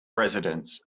residence